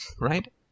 right